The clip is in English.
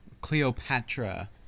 Cleopatra